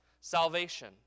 salvation